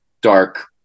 dark